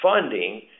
funding